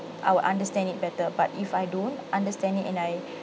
I will understand it better but if I don't understand it and I